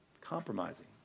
Compromising